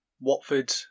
Watford